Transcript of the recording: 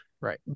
Right